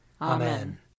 Amen